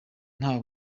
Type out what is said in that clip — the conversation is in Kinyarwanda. nta